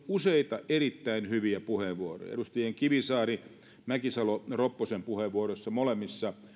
useita erittäin hyviä puheenvuoroja edustajien kivisaari ja mäkisalo ropponen puheenvuoroissa molemmissa